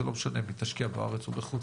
זה לא משנה אם היא תשקיע בארץ או בחו"ל,